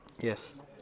Yes